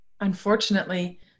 unfortunately